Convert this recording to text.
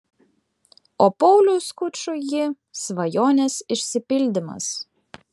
o pauliui skučui ji svajonės išsipildymas